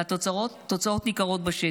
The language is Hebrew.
והתוצאות ניכרות בשטח: